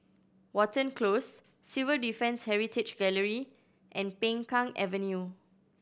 Watten Close Civil Defence Heritage Gallery and Peng Kang Avenue